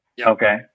Okay